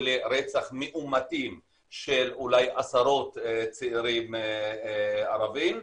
לרצח מאומתים של אולי עשרות צעירים ערבים.